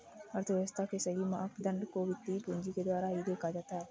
अर्थव्यव्स्था के सही मापदंड को वित्तीय पूंजी के द्वारा ही देखा जाता है